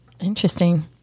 Interesting